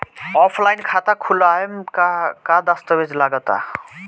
Offline खाता खुलावे म का का दस्तावेज लगा ता?